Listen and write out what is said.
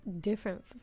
different